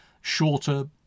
shorter